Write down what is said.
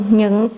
những